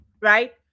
right